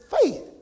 faith